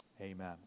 Amen